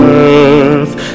earth